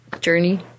journey